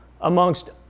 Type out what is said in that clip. amongst